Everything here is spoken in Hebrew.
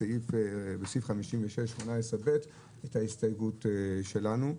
בסעיף 5618(ב) את ההסתייגות שלנו.